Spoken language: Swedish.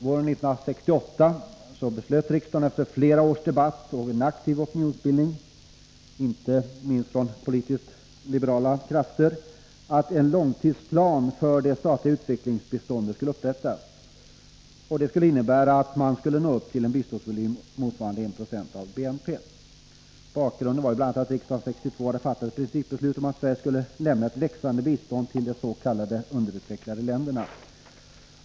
Våren 1968 beslöt riksdagen efter flera års debatt och aktiv opinionsbildning, inte minst från politiskt liberala krafter, att en långtidsplan för det statliga utvecklingsbiståndet skulle upprättas, innebärande att man skulle nå upp till en biståndsvolym motsvarande 1 20 av BNP. Bakgrunden var att riksdagen 1962 hade fattat ett principbeslut att Sverige skulle lämna ett växande bistånd till de s.k. underutvecklade länderna.